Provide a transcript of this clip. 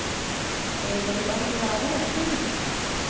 ठीक है दुकान पर बराबर आती